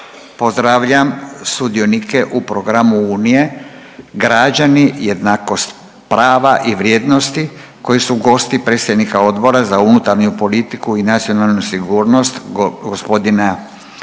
pozdravljam sudionike u programu Unije Građani, jednakost prava i vrijednosti koji su gosti predsjednika Odbora za unutarnju politiku i nacionalnu sigurnost gospodina Siniša